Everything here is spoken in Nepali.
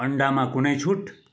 अन्डामा कुनै छुट